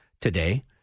today